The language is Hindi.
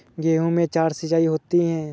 गेहूं में चार सिचाई होती हैं